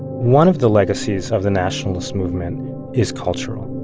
one of the legacies of the nationalist movement is cultural